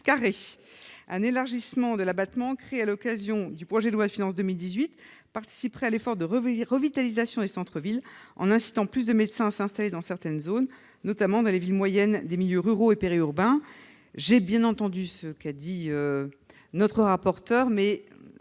carrés. Un élargissement de l'abattement créé à l'occasion du projet de loi de finances pour 2018 participerait à l'effort de revitalisation des centres-villes en incitant plus de médecins à s'installer dans certaines zones, notamment dans les villes moyennes des milieux ruraux et périurbains. J'ai bien entendu ce qu'a dit le rapporteur